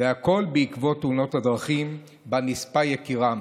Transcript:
והכול בעקבות תאונת הדרכים שבה נספה יקירם.